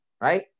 Right